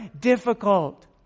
difficult